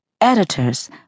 editors